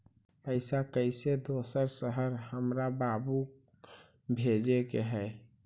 पैसा कैसै दोसर शहर हमरा बाबू भेजे के है?